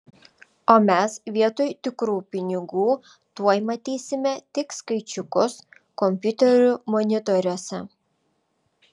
o mes vietoj tikrų pinigų tuoj matysime tik skaičiukus kompiuterių monitoriuose